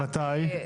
כן, מתי?